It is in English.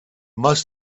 must